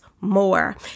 more